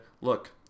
look